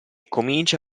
comincia